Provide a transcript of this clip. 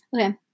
Okay